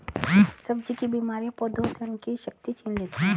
सब्जी की बीमारियां पौधों से उनकी शक्ति छीन लेती हैं